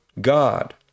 God